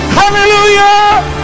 hallelujah